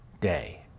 day